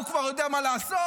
ההוא כבר יודע מה לעשות.